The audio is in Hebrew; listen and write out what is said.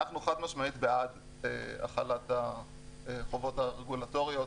אנחנו חד-משמעית בעד החלת החובות הרגולטוריות,